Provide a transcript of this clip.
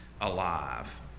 alive